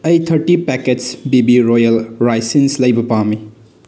ꯑꯩ thirty packets BB Royal raisins ꯂꯩꯕ ꯄꯥꯝꯃꯤ